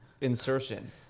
Insertion